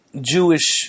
Jewish